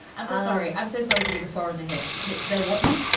i'm ah sorry. i'm so sorry to be the foreign hit. hit that. what now,